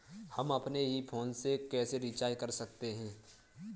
हम अपने ही फोन से रिचार्ज कैसे कर सकते हैं?